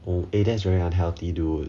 oh eh that's very unhealthy dude